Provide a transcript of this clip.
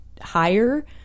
higher